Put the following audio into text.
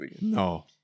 No